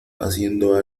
haciendo